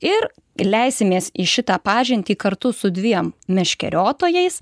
ir leisimės į šitą pažintį kartu su dviem meškeriotojais